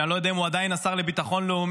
שאני לא יודע אם הוא עדיין השר לביטחון לאומי,